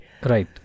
Right